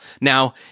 Now